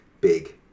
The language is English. big